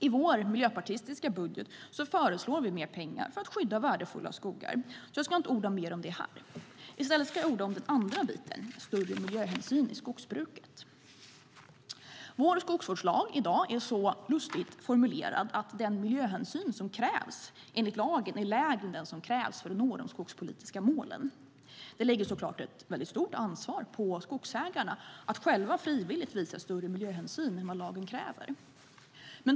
I vår miljöpartistiska budget föreslår vi mer pengar för att skydda värdefulla skogar, så jag ska inte orda mer om det här. I stället ska jag orda mer om den andra biten, nämligen större miljöhänsyn i skogsbruket. Vår skogsvårdslag är i dag så lustigt formulerad att den miljöhänsyn som krävs enligt lagen är lägre än den som krävs för att nå de skogspolitiska målen. Det lägger så klart ett mycket stort ansvar på skogsägarna att själva frivilligt visa större miljöhänsyn än vad lagen kräver.